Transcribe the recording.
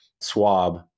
swab